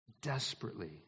desperately